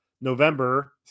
November